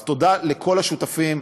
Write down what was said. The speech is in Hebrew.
אז תודה לכל השותפים,